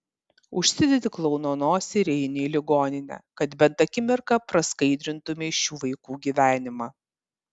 užsidedi klouno nosį ir eini į ligoninę kad bent akimirką praskaidrintumei šių vaikų gyvenimą